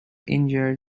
injured